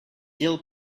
dill